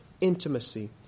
intimacy